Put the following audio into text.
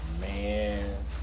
Man